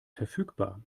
verfügbar